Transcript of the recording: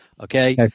Okay